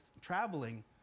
traveling